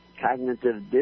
cognitive